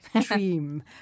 dream